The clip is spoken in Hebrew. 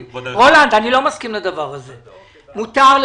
אורעד, שאני